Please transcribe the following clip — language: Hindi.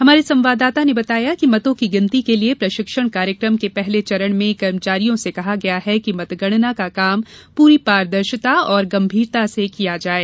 हमारे संवाददाता ने बताया कि मतों की गिनती के लिए प्रशिक्षण कार्यक्रम के पहले चरण में कर्मचारियों से कहा गया है कि मतगणना का काम पूरी पारदर्शी और गंभीरता से किया जाये